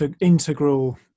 integral